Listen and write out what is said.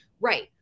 right